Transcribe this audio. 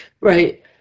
Right